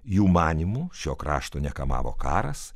jų manymu šio krašto nekamavo karas